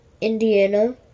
Indiana